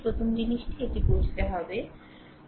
প্রথম জিনিসটি এটি বুঝতে হবে